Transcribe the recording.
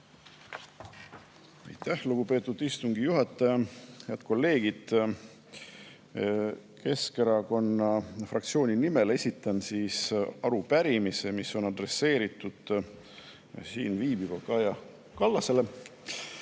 Aitäh, lugupeetud istungi juhataja! Head kolleegid! Keskerakonna fraktsiooni nimel esitan arupärimise, mis on adresseeritud siin viibivale Kaja Kallasele